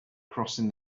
crossing